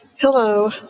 Hello